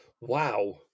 Wow